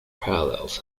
parallels